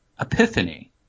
epiphany